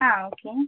ആ ഓക്കേ